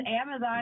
Amazon